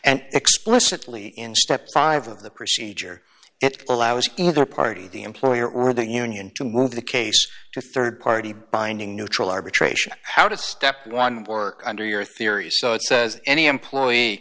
and explicitly in step five of the procedure it allows either party the employer or the union to move the case to rd party binding neutral arbitration how to step one work under your theory so it says any employee